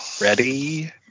ready